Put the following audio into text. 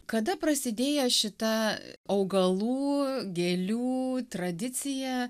kada prasidėjo šita augalų gėlių tradicija